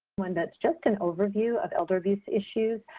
one that's just an overview of elder abuse issues.